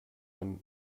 von